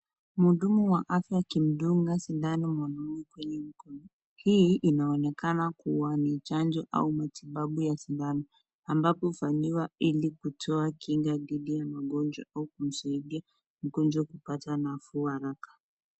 Mhudumu wa afya akidunga sindano mwanamke huyu hii inaonekana kuwa ni chanjo au matibabu fulani ambapo hufanyiwa ili kutoa kinga dhidi ya magonjwa au kusaidia mgonjwa kupata nafuu haraka.